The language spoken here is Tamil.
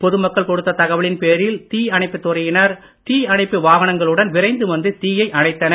பொதுமக்கள் கொடுத்த தகவலின் பேரில் தீ அணைப்புத் துறையினர் தீ அணைப்பு வாகனங்களுடன் விரைந்து வந்து தீயை அணைத்தனர்